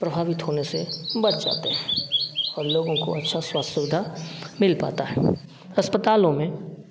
प्रभावित होने से बच जाते हैं और लोगों को अच्छा स्वास्थ्य सुविधा मिल पाता है अस्पतालों में